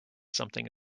something